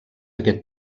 aquest